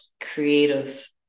creative